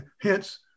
Hence